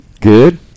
Good